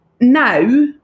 Now